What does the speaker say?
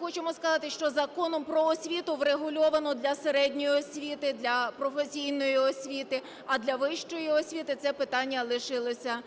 хочемо сказати, що Законом "Про освіту" врегульовано для середньої освіти, для професійної освіти, а для вищої освіти це питання лишилося